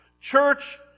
Church